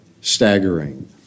staggering